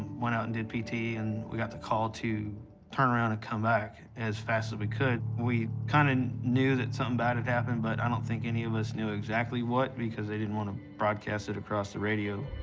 went out and did pt, and we got the call to turn around and come back as fast as we could. we kind of knew that something bad had happened, but i don't think any of us knew exactly what because they didn't want to broadcast it across the radio.